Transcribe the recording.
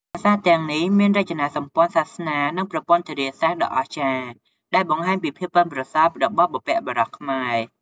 ប្រាសាទទាំងនេះមានរចនាសម្ព័ន្ធសាសនា និងប្រព័ន្ធធារាសាស្ត្រដ៏អស្ចារ្យ ដែលបង្ហាញពីភាពប៉ិនប្រសប់របស់បុព្វបុរសខ្មែរ។